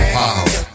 power